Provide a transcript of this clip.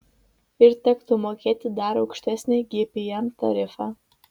ir tektų mokėti dar aukštesnį gpm tarifą